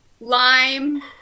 lime